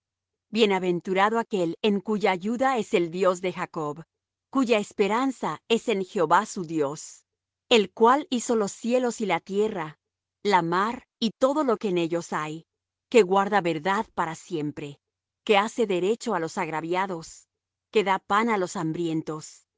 bienaventurado aquel en cuya ayuda es el dios de jacob cuya esperanza es en jehová su dios el cual hizo los cielos y la tierra la mar y todo lo que en ellos hay que guarda verdad para siempre que hace derecho á los agraviados que da pan á los hambrientos